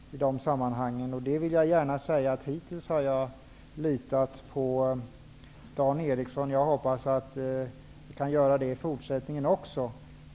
Jag vill då gärna säga att jag hittills har litat på Dan Eriksson. Jag hoppas kunna göra det i fortsättningen också.